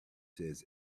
said